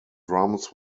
drums